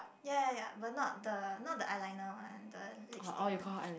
ya ya ya but not the not the eyeliner one the lipstick one